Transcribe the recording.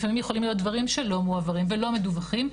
לפעמים יכולים דברים שלא מועברים ולא מדווחים.